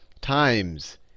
times